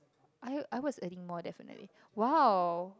I I was earning more definitely !wow!